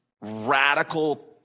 radical